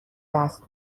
دست